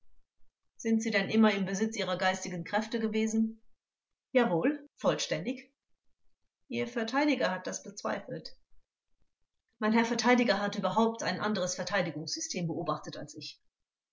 sind sie denn immer im besitz ihrer geistigen kräfte gewesen angekl jawohl vollständig vors ihr verteidiger hat das bezweifelt angekl mein herr verteidiger hat überhaupt ein anderes verteidigungssystem beobachtet als ich